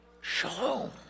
Shalom